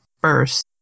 first